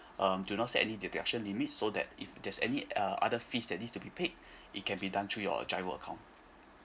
um do not state any deduction limit so that if there's any um other fees that needs to be paid it can be done through your G_I_R_O account